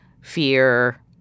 fear